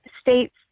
states